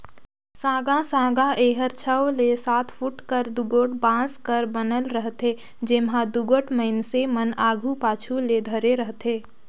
साँगा साँगा एहर छव ले सात फुट कर दुगोट बांस कर बनल रहथे, जेम्हा दुगोट मइनसे मन आघु पाछू ले धरे रहथे